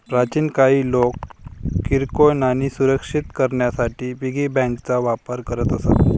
प्राचीन काळी लोक किरकोळ नाणी सुरक्षित करण्यासाठी पिगी बँकांचा वापर करत असत